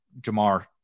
Jamar